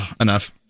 enough